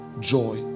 joy